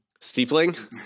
Steepling